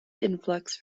influx